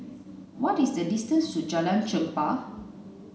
what is the distance to Jalan Chempah